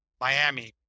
Miami